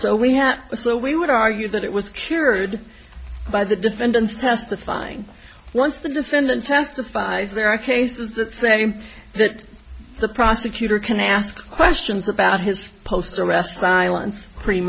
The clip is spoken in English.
so we have so we would argue that it was cured by the defendants testifying once the defendant testifies there are cases that say that the prosecutor can ask questions about his post arrest silence cre